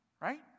Right